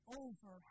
over